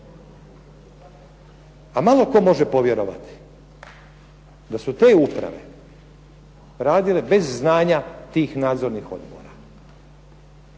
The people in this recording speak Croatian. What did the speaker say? A malo tko može povjerovati da su te uprave radile bez znanja tih nadzornih odbora